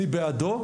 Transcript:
אני בעדו.